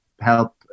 help